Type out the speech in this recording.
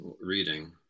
reading